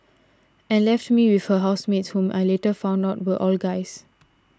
and left me with her housemates whom I later found out were all guys